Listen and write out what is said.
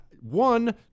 One